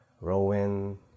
Rowan